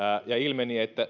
ja ilmeni että